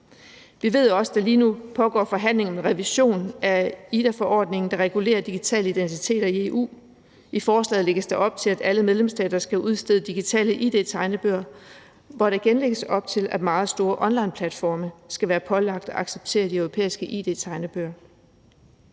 Vi ved også, at der lige nu pågår forhandlinger om revision af eIDAS-forordningen, der regulerer digitale identiteter i EU. I forslaget lægges der op til, at alle medlemsstater skal udstede digitale id-tegnebøger, hvor der igen lægges op til, at meget store onlineplatforme skal være pålagt at acceptere de europæiske id-tegnebøger.